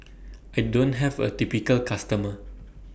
I don't have A typical customer